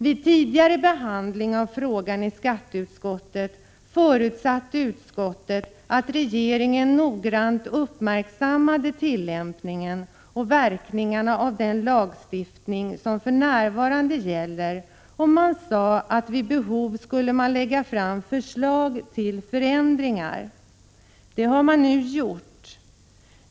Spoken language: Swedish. Vid tidigare behandling av frågan i skatteutskottet förutsatte utskottet att regeringen noggrant uppmärksammade tillämpningen och verkningarna av den lagstiftning som gäller för närvarande. Man sade att förslag till förändringar vid behov skulle läggas fram. Det har nu gjorts.